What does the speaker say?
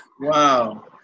Wow